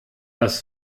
das